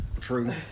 True